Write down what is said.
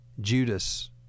Judas